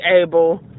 able